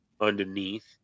underneath